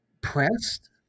pressed